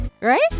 right